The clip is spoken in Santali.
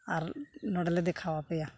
ᱟᱨ ᱱᱚᱸᱰᱮᱞᱮ ᱫᱮᱠᱷᱟᱣ ᱟᱯᱮᱭᱟ